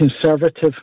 conservative